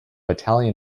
italian